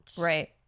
right